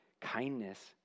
Kindness